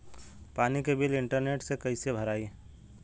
पानी के bill internet से कइसे भराई?